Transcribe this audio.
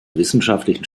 wissenschaftlichen